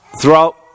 throughout